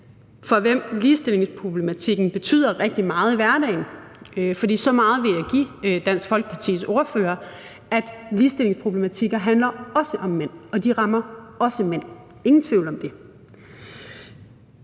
for hvem ligestillingsproblematikker betyder rigtig meget i hverdagen – for så meget vil jeg give Dansk Folkepartis ordfører, altså at ligestillingsproblematikker også handler om mænd, de rammer også mænd; der er ingen tvivl om det